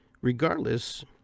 Regardless